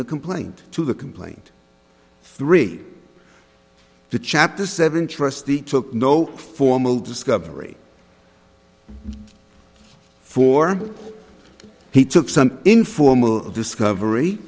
the complaint to the complaint three the chapter seven trustee took no formal discovery for he took some informal discovery